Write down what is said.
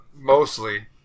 mostly